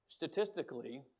Statistically